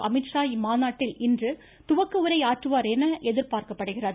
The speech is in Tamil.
அமீத்ஷா இம்மாநாட்டில் இன்று துவக்க உரையாற்றுவார் என எதிர்பார்க்கப்படுகிறது